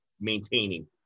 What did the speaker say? maintaining